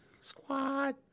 Squad